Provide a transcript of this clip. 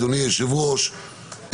אדוני היושב-ראש,